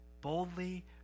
boldly